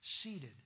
seated